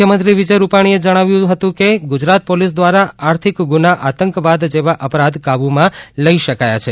મુખ્યમંત્રી વિજય રૂપાણીએ આ પ્રસંગે જણાવ્યું હતું કે ગુજરાત પોલીસ દ્વારા આર્થિક ગુના આતંકવાદ જેવા અપરાધ કાબુમાં લઇ શક્યા છે